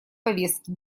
повестки